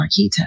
Marquita